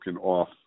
off